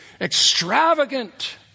extravagant